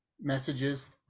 messages